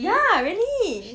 ya really